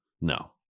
No